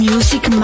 Music